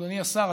אדוני השר,